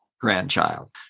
grandchild